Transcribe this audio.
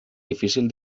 difícil